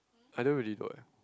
I don't really know leh